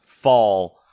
fall